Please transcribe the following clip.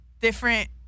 different